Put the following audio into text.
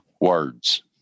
words